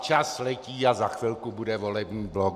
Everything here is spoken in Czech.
Čas letí a za chvilku bude volební blok.